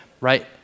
right